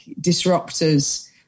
disruptors